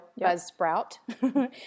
BuzzSprout